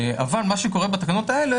אבל מה שקורה בתקנות האלה,